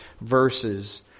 verses